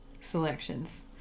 selections